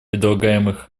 предлагаемых